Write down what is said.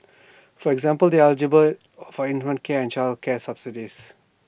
for example they are eligible for infant care and childcare subsidies